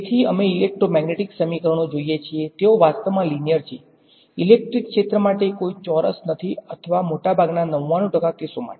તેથી અમે ઇલેક્ટ્રોમેગ્નેટિક સમીકરણો જોઈએ છીએ તેઓ વાસ્તવમાં લીનીયર છે ઇલેક્ટ્રિક ક્ષેત્ર માટે કોઈ ચોરસ નથી અથવા મોટાભાગના ૯૯ ટકા કેસો માટે